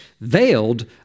veiled